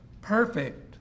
perfect